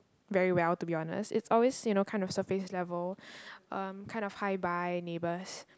very well to be honest it's always you know kind of surface level um kind of hi bye neighbours